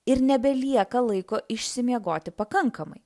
ir nebelieka laiko išsimiegoti pakankamai